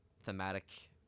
thematic